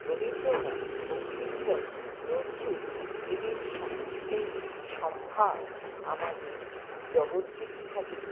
রবীন্দ্রনাথ বঙ্কিমচন্দ্র নজরুল এঁদের সাহিত্যের সম্ভার আমাদের জগৎ বিখ্যাত